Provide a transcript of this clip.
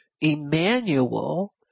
Emmanuel